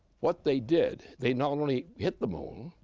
what they did, they not only hit the moon,